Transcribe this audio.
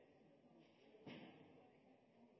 er ingen andre